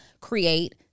create